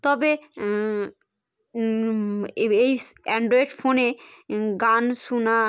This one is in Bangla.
তবে এই অ্যান্ড্রয়েড ফোনে গান শোনা